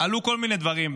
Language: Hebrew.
עלו כל מיני דברים.